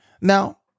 Now